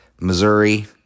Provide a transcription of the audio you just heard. Missouri